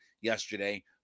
yesterday